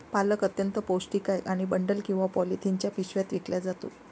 पालक अत्यंत पौष्टिक आहे आणि बंडल किंवा पॉलिथिनच्या पिशव्यात विकला जातो